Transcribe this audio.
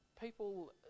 people